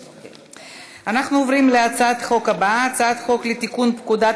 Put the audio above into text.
אנחנו עוברים להצעת החוק הבאה: הצעת חוק לתיקון פקודת